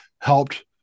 helped